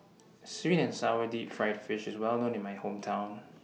Sweet and Sour Deep Fried Fish IS Well known in My Hometown